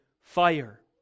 fire